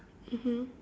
mmhmm